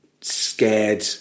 scared